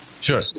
sure